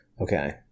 Okay